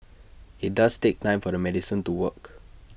IT does take time for the medicine to work